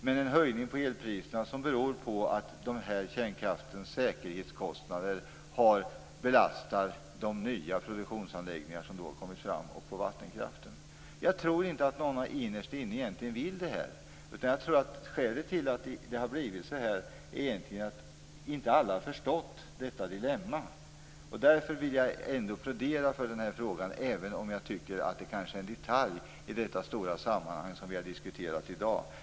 Denna höjning av elpriserna skulle bero på att kärnkraftens säkerhetskostnader belastar de nya produktionsanläggningar som då har kommit fram - och även vattenkraften. Jag tror inte att någon innerst inne egentligen vill det här. Jag tror att skälet till att det har blivit så här egentligen är att inte alla har förstått detta dilemma. Därför vill jag plädera för den här frågan - även om jag kanske tycker att det är en detalj i det stora sammanhang som vi har diskuterat i dag.